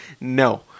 no